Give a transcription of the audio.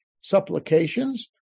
supplications